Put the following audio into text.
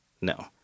No